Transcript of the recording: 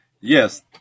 Yes